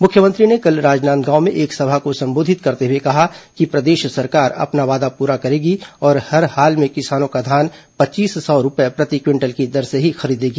मुख्यमंत्री ने कल राजनांदगांव में एक सभा को संबोधित करते हए कहा कि प्रदेश सरकार अपना वादा पूरा करेगी और हर हाल में किसानों का धान पच्चीस सौ रूपए प्रति क्विंटल की दर से ही खरीदेगी